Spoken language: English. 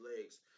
legs